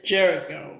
Jericho